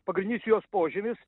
pagrindinis jos požymis